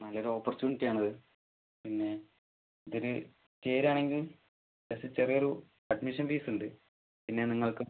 നല്ലൊരു ഒപ്പർച്യൂണിറ്റി ആണിത് പിന്നെ ഇതിൽ ചേരുവാണെങ്കിൽ ഫസ്റ്റിൽ ചെറിയൊരു അഡ്മിഷൻ ഫീസ് ഉണ്ട് പിന്നെ നിങ്ങൾക്കും